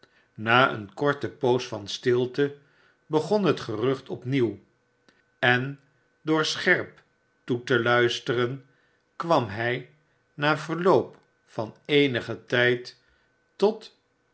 na eene korte pops van stilte begon het gerucht opnieuw en door scherp toe te luisteren kwam hij na verloop van eenigen tijd tot